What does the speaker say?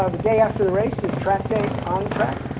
the day after the race is track day on the track?